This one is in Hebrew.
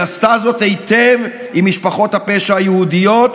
היא עשתה זאת היטב עם משפחות הפשע היהודיות,